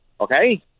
Okay